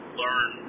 learn